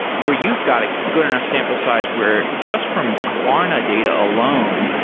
where you've got a good enough sample size where just from klarna data alone,